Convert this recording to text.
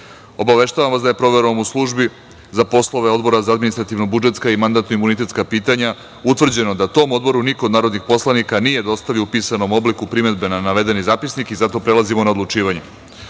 sednice. Obaveštavam vas da je proverom u Službi za poslove Odbora za administrativno-budžetska i mandatno-imunitetska pitanja utvrđeno da tom Odboru niko od narodnih poslanika nije dostavio u pisanom obliku primedbe na navedeni zapisnik i zato prelazimo na odlučivanje. Stavljam